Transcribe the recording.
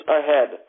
ahead